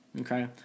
okay